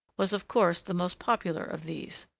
was of course the most popular of these.